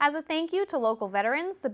as a thank you to local veterans the